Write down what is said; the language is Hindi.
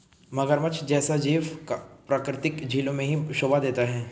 मगरमच्छ जैसा जीव प्राकृतिक झीलों में ही शोभा देता है